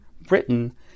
Britain